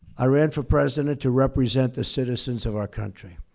i ran for president to represent the citizens of our country.